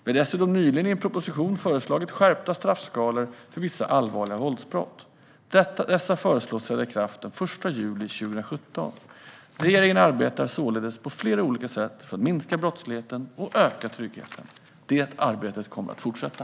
Vi har dessutom nyligen i en proposition föreslagit skärpta straffskalor för vissa allvarliga våldsbrott. Dessa föreslås träda i kraft den 1 juli 2017. Regeringen arbetar således på flera olika sätt för att minska brottsligheten och öka tryggheten. Det arbetet kommer att fortsätta.